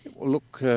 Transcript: look,